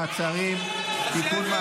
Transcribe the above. מעצרים) (תיקון,